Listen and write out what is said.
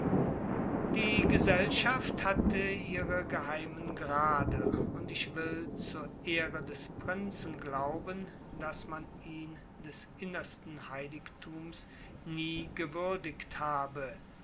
die gesellschaft hatte ihre geheimen grade und ich will zur ehre des prinzen glauben daß man ihn des innersten heiligtums nie gewürdigt habe